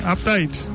Update